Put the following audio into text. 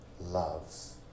loves